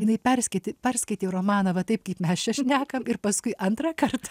jinai perskaitė perskaitė romaną va taip kaip mes čia šnekam ir paskui antrą kartą